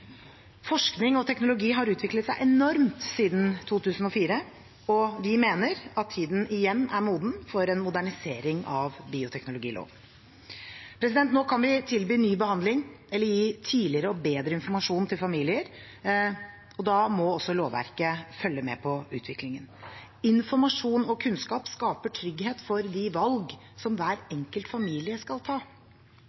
Forskning og teknologi har utviklet seg enormt siden 2004, og vi mener at tiden igjen er moden for en modernisering av bioteknologiloven. Nå kan vi tilby ny behandling eller gi tidligere og bedre informasjon til familier, og da må også lovverket følge med på utviklingen. Informasjon og kunnskap skaper trygghet for de valg som hver